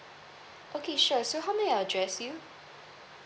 okay sure so how may I address you